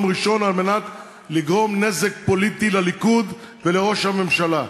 ראשון כדי לגרום נזק פוליטי לליכוד ולראש הממשלה.